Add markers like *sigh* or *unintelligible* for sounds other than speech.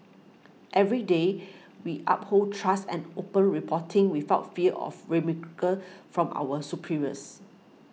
every day we uphold trust and open reporting without fear of *unintelligible* from our superiors